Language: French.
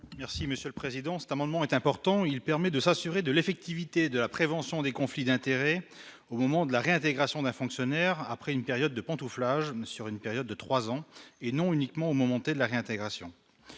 Merci Monsieur le président, c'est un moment est important, il permet de s'assurer de l'effectivité de la prévention des conflits d'intérêts, au moment de la réintégration d'un fonctionnaire, après une période de pantouflage sur une période de 3 ans, et non uniquement au moment de la réintégration,